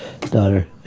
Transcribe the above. daughter